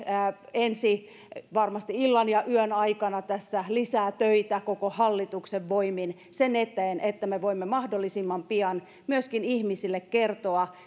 varmasti illan ja yön aikana tässä lisää töitä koko hallituksen voimin sen eteen että me voimme mahdollisimman pian myöskin kertoa